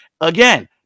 Again